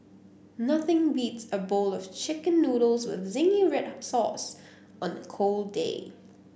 nothing beats a bowl of chicken noodles with zingy red sauce on a cold day